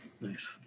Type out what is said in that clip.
Nice